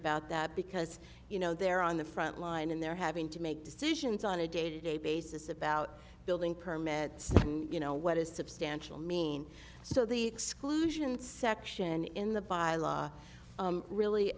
about that because you know they're on the front line and they're having to make decisions on a day to day basis about building permits you know what is substantial mean so the exclusion section in the bylaw really